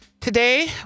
today